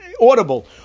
audible